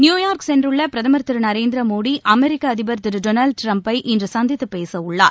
New York சென்றுள்ள பிரதமர் திரு நரேந்திர மோடி அமெரிக்க அதிபர் திரு டொனால்டு டிரம்ப்பை இன்று சந்தித்துப் பேசவுள்ளார்